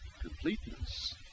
completeness